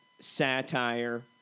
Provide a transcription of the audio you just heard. satire